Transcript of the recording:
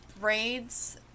Raids